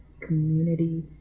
community